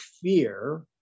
fear